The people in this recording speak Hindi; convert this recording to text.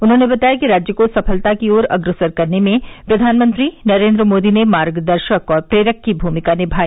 उन्होंने बताया कि राज्य को सफलता की ओर अग्रसर करने में फ्र्यानमंत्री नरेन्द्र मोदी ने मार्गदर्शक और प्रेरक की भूमिका निभाई